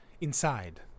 inside